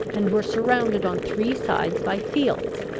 and were surrounded on three sides by fields,